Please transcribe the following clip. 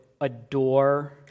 adore